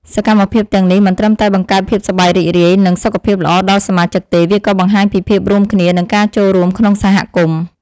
សកម្មភាពទាំងនេះមិនត្រឹមតែបង្កើតភាពសប្បាយរីករាយ និងសុខភាពល្អដល់សមាជិកទេ វាក៏បង្ហាញពីភាពរួមគ្នានិងការចូលរួមក្នុងសហគមន៍។